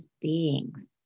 beings